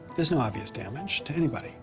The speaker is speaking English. there's no obvious damage, to anybody